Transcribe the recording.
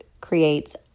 creates